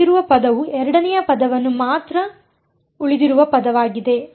ಉಳಿದಿರುವ ಪದವು ಎರಡನೆಯ ಪದವನ್ನು ಮಾತ್ರ ಉಳಿದಿರುವ ಪದವಾಗಿದೆ